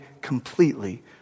completely